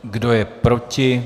Kdo je proti?